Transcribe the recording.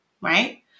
right